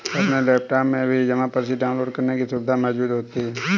अपने लैपटाप में भी जमा पर्ची डाउनलोड करने की सुविधा मौजूद होती है